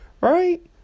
Right